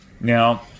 Now